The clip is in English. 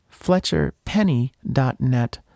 FletcherPenny.net